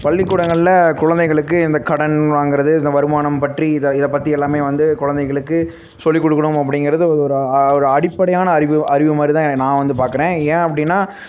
பள்ளிக்கூடங்கள்ல குழந்தைகளுக்கு இந்த கடன் வாங்குறது இந்த வருமானம் பற்றி இதை இதை பற்றி எல்லாமே வந்து குழந்தைங்களுக்கு சொல்லிக் கொடுக்கணும் அப்படிங்கிறது அது ஒரு ஒரு அடிப்படையான அறிவு அறிவு மாதிரி தான் நான் வந்து பார்க்கறேன் ஏன் அப்படின்னா